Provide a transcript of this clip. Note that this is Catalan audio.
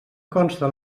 conste